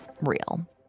real